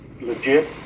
legit